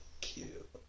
cute